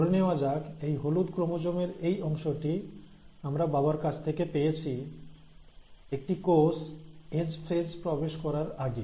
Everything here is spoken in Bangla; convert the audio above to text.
ধরে নেওয়া যাক এই হলুদ ক্রোমোজোমের এই অংশটি আমরা বাবার কাছ থেকে পেয়েছি একটি কোষ এস ফেজ প্রবেশ করার আগে